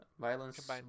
violence